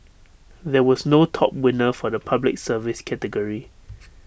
there was no top winner for the Public Service category